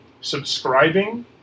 subscribing